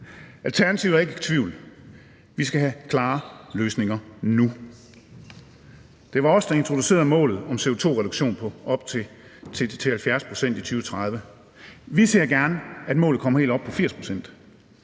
Alternativet er ikke i tvivl: Vi skal have klare løsninger nu. Det var os, der introducerede målet om CO2-reduktion på op til 70 pct. i 2030. Vi ser gerne, at målet kommer helt op på 80 pct.